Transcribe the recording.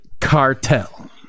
Cartel